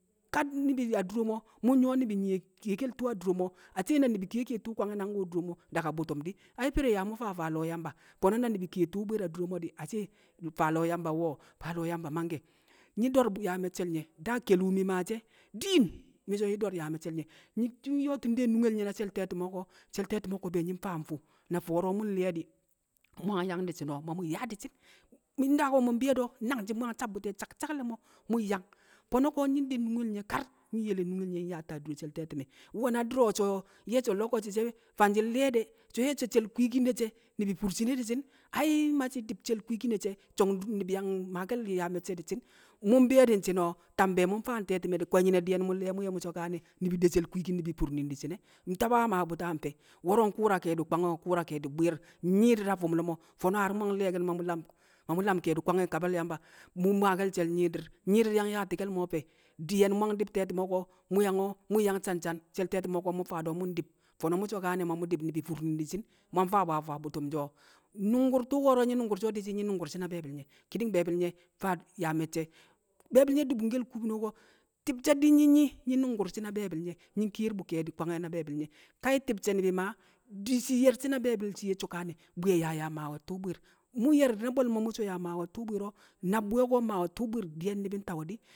a̱dṵro̱mo̱ mṵ nyṵwo̱ ni̱bi̱ chṵwo̱ nke̱ke̱le̱ tṵṵ a̱ dṵro̱mo̱, na̱ ni̱bi̱ kye̱-kye̱ tṵṵ kwa̱ngye̱ a̱dṵro̱mo̱ a̱te̱ti̱me̱ di̱ na̱ mṵngya̱ cha̱ng ya̱mba̱ di̱ ya̱mṵya̱ng fa̱a̱ kṵṵle̱ ya̱mba̱ fo̱no̱ na̱ ni̱bi̱ kye̱ tṵṵ bwi̱i̱r di̱ ya̱mṵ fa̱fa̱ lo̱o̱ ya̱mba̱? ma̱mṵ fa̱a̱ fa̱lo̱o̱ ya̱mba̱ ma̱ngye̱ nyi̱ do̱o̱r ya̱a̱ me̱che̱l nyo̱ da̱a̱ ke̱li̱wṵ mi̱ ma̱che̱ di̱i̱n mi̱cho̱nyi̱ do̱r ya̱ me̱ce̱he̱l nye̱ nyi̱ yo̱ti̱nde̱ e̱bdi̱r le̱ nye̱ a̱ dṵr che̱le̱ te̱ti̱me̱ko̱. na̱ fo̱ro̱ mṵdi̱ka̱ng li̱ye̱di̱ ṵya̱ng ya̱ng di̱chi̱n o̱? ma̱mṵ ya̱ di̱chi̱n mṵng bi̱yo̱ nka̱le̱mo̱ mo̱ya̱ng cha̱bbṵti̱ na̱ngchi̱ ka̱le̱mo̱ mṵng ya̱ng fo̱no̱ ko̱ nyi̱ng de̱ nṵge̱le̱ nye̱ nyi̱ng nyo̱o̱ ta̱ dṵre̱ chlte̱ti̱me̱ nwe̱na̱ dṵro̱ nli̱ga̱de̱ fo̱no̱ nye̱cho̱ ni̱bi̱ fṵr chi̱ne̱ na̱ che̱l kwi̱gi̱n ne̱ che̱wo̱? ma̱nge̱, mṵng bi̱yo̱bṵ di̱chi̱n be̱ mṵng fa̱a̱nka̱m te̱ti̱me̱, fo̱no̱ di̱ye̱n mṵng li̱ye̱ fo̱no̱ mṵcho̱ ni̱bi̱ de̱ che̱l kwi̱gi̱n ni̱bi̱ ni̱bi̱ fṵr ni̱ng di̱chi̱ e̱ nma̱a̱ we̱ bṵti̱ nfe̱? wo̱ro̱ nkṵra̱ ke̱di̱ Kwa̱ng o̱ nkṵra̱ ke̱di̱ bwi̱i̱r, nyi̱i̱ di̱r a̱ fi̱m ne̱ mo̱ fo̱no̱ ni̱ṵ ya̱ng li̱ye̱ki̱n ma̱mṵla̱m ke̱di̱ Kwa̱ng e̱ a̱ka̱ba̱l ya̱mba̱ mṵ ma̱a̱ ke̱le̱ che̱l nyi̱di̱r nyi̱i̱ di̱r ya̱ng ya̱ti̱ke̱le̱ mo̱ fe̱? di̱ymṵ ya̱ng di̱b ke̱le̱ te̱ti̱mo̱ko̱ mo̱ya̱ cha̱n- cha̱n che̱le̱ te̱ti̱mo̱ ko̱mṵn fa̱a̱do̱ mi̱ng di̱b fo̱o̱no̱ mṵcho̱ ma̱ mṵ di̱b ni̱bi̱ fṵr ni̱n di̱chi̱n, mwa̱ng fa̱nbṵ a̱bṵtṵm o̱, tṵko̱ro̱ nyi̱ ma̱a̱ cho̱ di̱di̱ nyi̱o̱nṵngṵrchi̱ na̱ be̱bi̱l nye̱, be̱ bi̱l nye̱ dṵbṵnchi̱ nka̱ kṵkṵne̱, ti̱bce̱ di̱nyi̱ nyi̱ nṵngṵrchi̱ na̱ be̱bi̱l nye̱ nyi̱ng ke̱e̱r bṵ ke̱e̱di̱ kwa̱ngye̱ na̱ be̱bi̱l nye̱, ti̱bche̱ ni̱bi̱ di̱chi̱ ye̱r dṵ na̱ be̱bi̱l chi̱ye̱ cho̱ bṵye̱ ya̱ ma̱we̱ tṵṵ bwi̱i̱r mṵ ye̱r chi̱ na̱ bwe̱lmo̱ mṵcho̱ ya̱ ma̱we̱ tṵṵ bwa̱i̱r o̱ na̱ bwe̱ko̱ nma̱ we̱ tṵṵ bwi̱i̱r di̱ye̱n di̱ng ta̱we̱di̱.